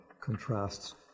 contrasts